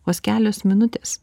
vos kelios minutės